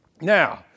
Now